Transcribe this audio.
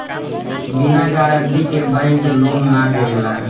बिना गारंटी के bank loan ना देवेला